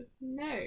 no